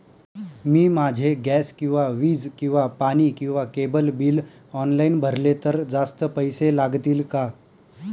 मी माझे गॅस किंवा वीज किंवा पाणी किंवा केबल बिल ऑनलाईन भरले तर जास्त पैसे लागतील का?